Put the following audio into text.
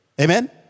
Amen